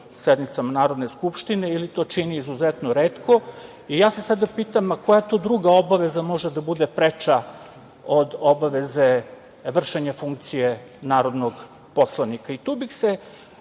sednicama Narodne skupštine ili to čini izuzetno retko. Ja se sada pitam koja to druga obaveza može da bude preča od obaveze vršenja funkcije narodnog poslanika? Tu bih se